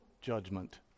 judgment